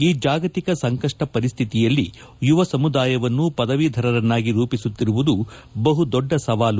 ಈ ಜಾಗತಿಕ ಸಂಕಷ್ಷ ಪರಿಸ್ಹಿತಿಯಲ್ಲಿ ಯುವ ಸಮುದಾಯವನ್ನು ಪದವೀಧರರನ್ನಾಗಿ ರೂಪಿಸುತ್ತಿರುವುದು ಬಹು ದೊಡ್ಡ ಸವಾಲು